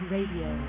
Radio